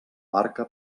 barca